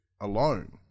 alone